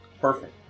Perfect